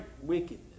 wickedness